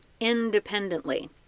independently